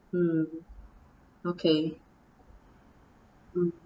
mm okay mm